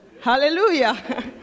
Hallelujah